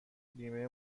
بیمه